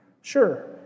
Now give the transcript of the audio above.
Sure